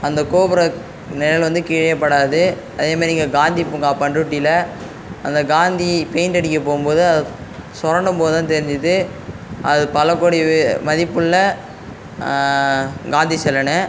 அந்த கோபுர நிழல் வந்து கீழேயே படாது அதே மாதிரி இங்கே காந்தி பூங்கா பண்ருட்டில அந்த காந்தி பெயிண்ட் அடிக்க போகும் போது அதை சுரண்டும் போது தான் தெரிஞ்சுது அது பல கோடி மதிப்புள்ள காந்தி சிலன்னு